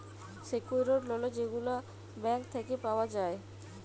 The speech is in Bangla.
সেক্যুরড লল যেগলা ব্যাংক থ্যাইকে পাউয়া যায়